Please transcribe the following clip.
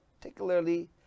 particularly